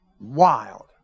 wild